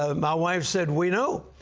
ah my wife said, we know.